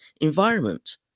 environment